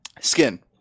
Skin